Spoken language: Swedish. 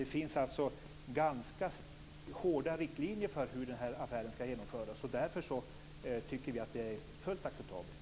Det finns alltså ganska hårda riktlinjer för hur affären skall genomföras. Därför tycker vi att det är fullt acceptabelt.